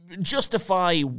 justify